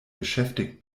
beschäftigt